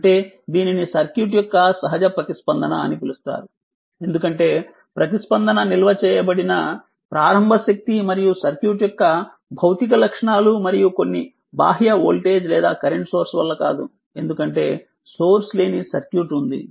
అంటే దీనిని సర్క్యూట్ యొక్క సహజ ప్రతిస్పందన అని పిలుస్తారు ఎందుకంటే ప్రతిస్పందన నిల్వ చేయబడిన ప్రారంభ శక్తి మరియు సర్క్యూట్ యొక్క భౌతిక లక్షణాలు మరియు కొన్ని బాహ్య వోల్టేజ్ లేదా కరెంట్ సోర్స్ వల్ల కాదు ఎందుకంటే సోర్స్ లేని సర్క్యూట్ ఉంది